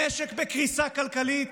המשק בקריסה כלכלית.